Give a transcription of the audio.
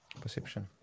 Perception